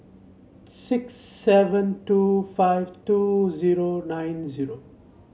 six seven two five two zero nine zero